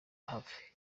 hafi